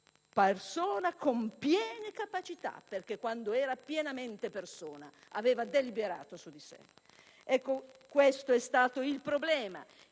persona con piene capacità, perché quando era pienamente persona aveva deliberato su di sé. Questo è stato il problema.